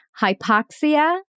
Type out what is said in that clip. Hypoxia